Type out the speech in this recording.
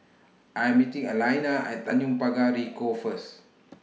I Am meeting Alaina At Tanjong Pagar Ricoh First